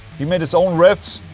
he made his own riffs,